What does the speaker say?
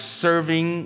serving